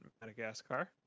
Madagascar